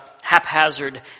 haphazard